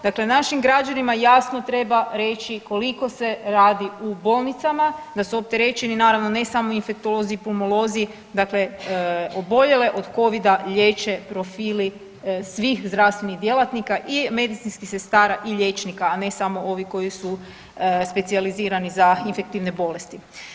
Dakle našim građanima jasno treba reći koliko se radi u bolnicama, da su opterećeni, naravno, ne samo infektolozi i pulmolozi, dakle oboljele od Covida liječe profili svih zdravstvenih djelatnika i medicinskih sestara i liječnika, a ne samo ovih koji su specijalizirani za infektivne bolesti.